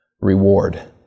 reward